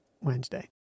Wednesday